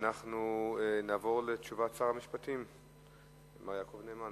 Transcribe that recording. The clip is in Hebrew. נעבור לתשובת שר המשפטים יעקב נאמן.